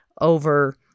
over